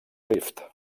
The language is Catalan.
rift